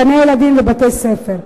גני-ילדים ובתי-ספר.